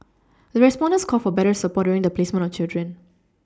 the respondent called for better support during the placement of children